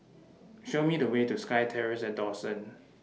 Show Me The Way to SkyTerrace At Dawson